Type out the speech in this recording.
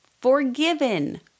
forgiven